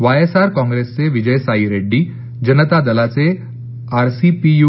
Y S R कॉप्रेसघे विजय साई रेड्डी जनता दलाघे R C P you